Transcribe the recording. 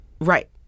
Right